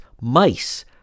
mice